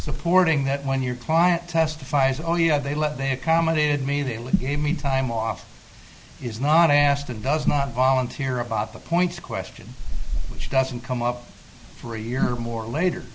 supporting that when your client testifies oh yeah they let they accommodated me they gave me time off is not asked and does not volunteer a point the question which doesn't come up for a year or more later